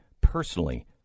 personally